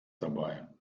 dabei